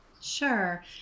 Sure